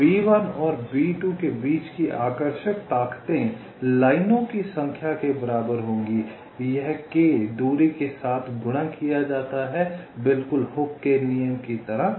तो B1 और B2 के बीच की आकर्षक ताकतें लाइनों की संख्या के बराबर होंगी यह k दूरी के साथ गुणा किया जाता है बिल्कुल हुक के नियम की तरह